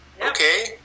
Okay